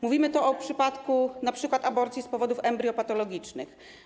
Mówimy tu o przypadku np. aborcji z powodów embriopatologicznych.